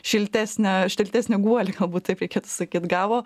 šiltesnę šiltesnį guolį galbūt taip reikėtų sakyt gavo